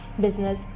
business